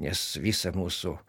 nes visą mūsų